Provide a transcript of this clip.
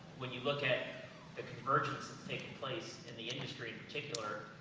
when you look at the convergence taken place in the industry, in particular,